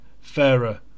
fairer